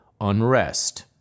unrest